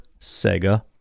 sega